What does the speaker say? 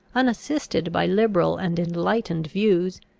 unassisted by liberal and enlightened views,